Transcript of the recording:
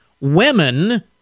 Women